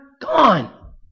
gone